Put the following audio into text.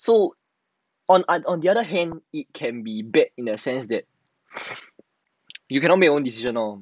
so on and on the other hand it can be bad in a sense that you cannot make your own decision lor